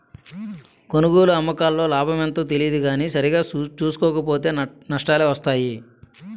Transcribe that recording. కొనుగోలు, అమ్మకాల్లో లాభమెంతో తెలియదు కానీ సరిగా సూసుకోక పోతో నట్టాలే వొత్తయ్